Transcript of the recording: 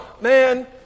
Man